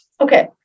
Okay